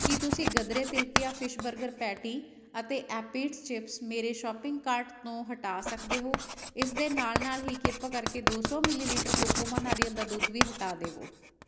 ਕੀ ਤੁਸੀਂ ਗਦਰੇ tilapia fish burger patty ਅਤੇ ਐਪੀਟਸ ਚਿਪਸ ਮੇਰੇ ਸ਼ੌਪਿੰਗ ਕਾਰਟ ਤੋਂ ਹਟਾ ਸਕਦੇ ਹੋ ਇਸ ਦੇ ਨਾਲ ਨਾਲ ਹੀ ਕਿਰਪਾ ਕਰ ਕੇ ਦੋ ਸੌ ਮਿਲੀਲੀਟਰ ਕੋਕੋ ਮਾ ਨਾਰੀਅਲ ਦਾ ਦੁੱਧ ਵੀ ਹਟਾ ਦੇਵੋ